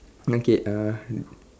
okay uh